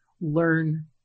learn